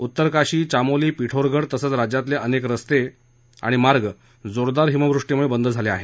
उत्तरकाशी चामोली पिठोरगड तसंच राज्यातले अनेक रस्ते जोरदार हिमृष्टीमुळे बंद झाले आहेत